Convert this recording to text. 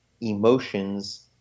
emotions